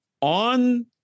on